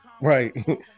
Right